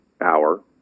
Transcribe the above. hour